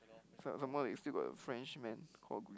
some some more they still got the French man called Gri~